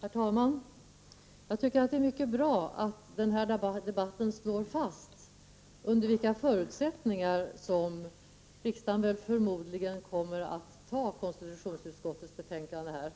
Herr talman! Jag tycker att det är mycket bra att den här debatten slår fast under vilka förutsättningar som riksdagen förmodligen kommer att anta konstitutionsutskottets betänkande.